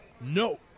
No